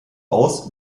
aus